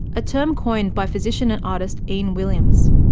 a term coined by physician and artist ian williams.